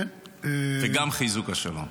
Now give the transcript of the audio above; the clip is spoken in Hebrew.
וגם חיזוק השלום.